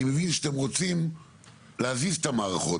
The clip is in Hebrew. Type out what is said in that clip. אני מבין שאתם רוצים להזיז את המערכות.